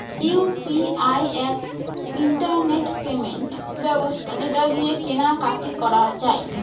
UPI এক internet payment ব্যবস্থা যেটা দিয়ে কেনা কাটি করা যায়